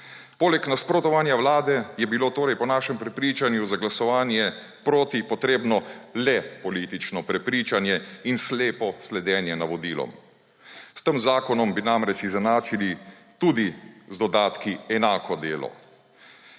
Poleg nasprotovanja Vlade je bilo torej po našem prepričanju za glasovanje proti potrebno le politično prepričanje in slepo sledenje navodilom. S tem zakonom bi namreč izenačili tudi z dodatki enako delo;